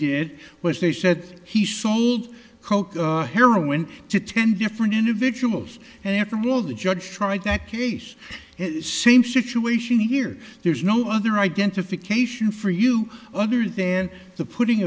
did was they said he sold coke heroin to ten different individuals and after all the judge tried that case same situation here there's no other identification for you other than the putting